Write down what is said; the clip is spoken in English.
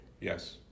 yes